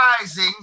rising